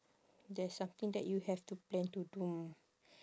there's something that you have to plan to do